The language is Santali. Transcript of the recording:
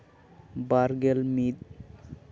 ᱵᱟᱨᱜᱮᱞ ᱢᱤᱫ